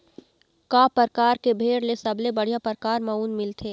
का परकार के भेड़ ले सबले बढ़िया परकार म ऊन मिलथे?